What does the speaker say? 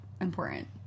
important